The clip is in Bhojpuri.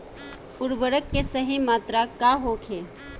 उर्वरक के सही मात्रा का होखे?